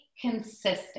consistent